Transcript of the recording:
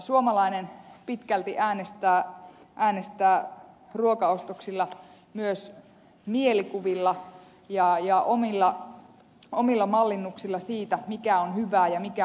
suomalainen pitkälti äänestää ruokaostoksilla myös mielikuvilla ja omilla mallinnuksillaan siitä mikä on hyvää ja mikä on oikein